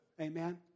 Amen